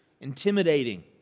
intimidating